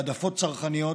בהעדפות צרכניות,